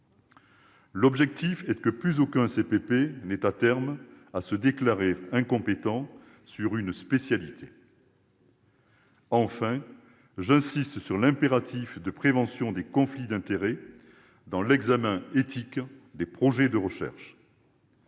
L'objectif est que plus aucun CPP n'ait, à terme, à se déclarer incompétent sur une spécialité. Enfin, j'insiste sur l'impératif de prévention des conflits d'intérêts dans l'examen éthique des projets de recherche.